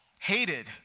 hated